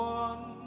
one